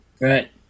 right